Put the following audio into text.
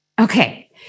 Okay